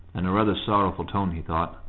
in a rather sorrowful tone, he thought.